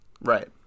Right